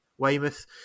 Weymouth